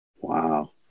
Wow